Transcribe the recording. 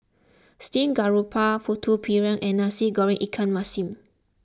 Steamed Garoupa Putu Piring and Nasi Goreng Ikan Masin